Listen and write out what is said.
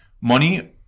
money